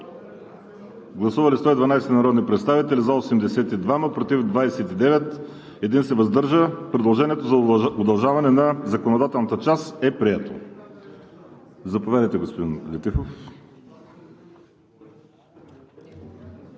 Гласували 112 народни представители: за 82, против 29, въздържал се 1. Предложението за удължаване на законодателната част е прието. Заповядайте, господин Летифов.